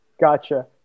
Gotcha